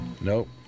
Nope